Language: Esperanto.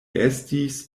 estis